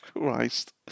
Christ